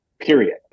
period